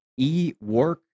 eWork